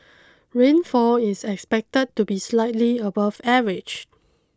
rainfall is expected to be slightly above average